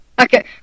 Okay